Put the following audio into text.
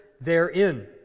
therein